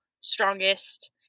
strongest